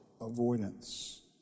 avoidance